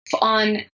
on